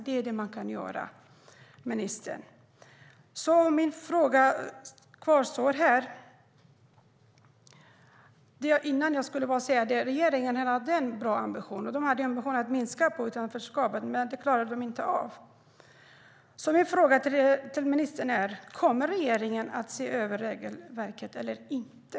Det är det man kan göra, ministern. Regeringen hade en bra ambition om att minska utanförskapet, men det klarade de inte av. Min fråga till ministern kvarstår. Kommer regeringen att se över regelverket eller inte?